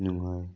ꯅꯨꯡꯉꯥꯏ